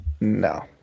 No